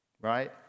Right